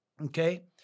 okay